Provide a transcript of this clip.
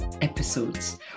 episodes